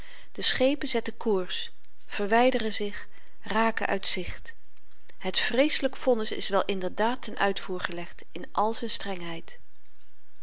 de schepen zetten koers verwyderen zich raken uit zicht het vreeselyk vonnis is wel inderdaad ten uitvoer gelegd in al z'n strengheid